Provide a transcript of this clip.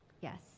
Yes